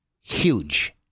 Huge